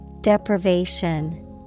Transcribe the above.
Deprivation